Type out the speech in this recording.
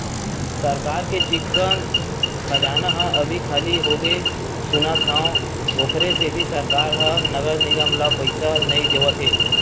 सरकार के चिक्कन खजाना ह अभी खाली होगे सुनत हँव, ओखरे सेती सरकार ह नगर निगम ल पइसा नइ देवत हे